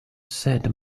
said